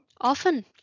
Often